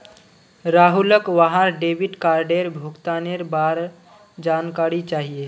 राहुलक वहार डेबिट कार्डेर भुगतानेर बार जानकारी चाहिए